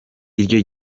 iryo